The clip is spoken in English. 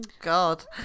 God